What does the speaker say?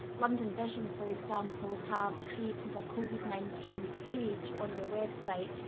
london vision, for example, have created a covid nineteen page on their website,